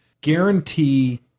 guarantee